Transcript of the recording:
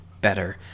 better